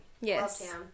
Yes